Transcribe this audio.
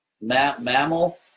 mammal